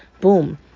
Boom